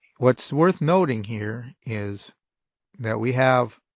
what's worth noting here is that we have